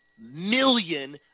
million